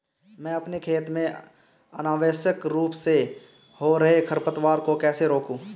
मैं अपने खेत में अनावश्यक रूप से हो रहे खरपतवार को कैसे रोकूं?